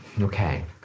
Okay